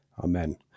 Amen